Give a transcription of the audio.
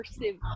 immersive